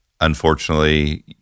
Unfortunately